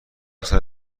صدو